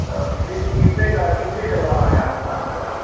औ फिरिज कितने का कितने कितने लीटर वाला है आपके पास सर